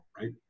right